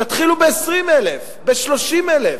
תתחילו ב-20,000, ב-30,000,